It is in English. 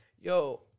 yo